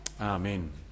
Amen